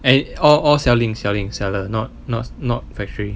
and all all selling selling seller not not not factory